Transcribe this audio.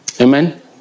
Amen